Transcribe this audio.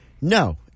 No